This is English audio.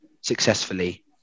successfully